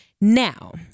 now